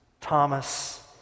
Thomas